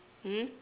hmm